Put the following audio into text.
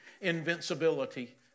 invincibility